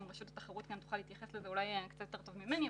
גם רשות התחרות תוכל להתייחס לזה אולי יותר טוב ממני,